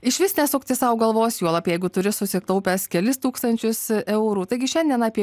iš vis nesukti sau galvos juolab jeigu turi susitaupęs kelis tūkstančius eurų taigi šiandien apie